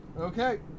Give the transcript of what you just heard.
okay